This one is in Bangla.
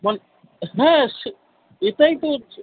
বল হ্যাঁ সে এটাই তো হচ্ছে